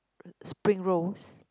spring rolls